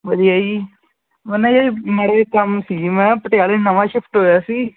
ਵਧੀਆ ਜੀ ਮੈਂ ਨਾ ਜਿਹਾ ਮਾੜਾ ਜਾ ਕੰਮ ਸੀ ਜੀ ਮੈਂ ਪਟਿਆਲੇ ਨਵਾਂ ਸ਼ਿਫਟ ਹੋਇਆ ਸੀ